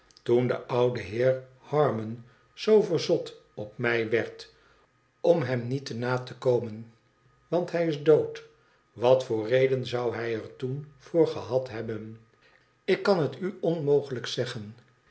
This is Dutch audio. itoen de oude heer harmon zoo verzot op mij werd om hem niet te na te komen want hij is dood wat voor réden zou hij er toen voor gehad hebben tik kan het u onmogelijk zeggen